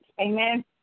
Amen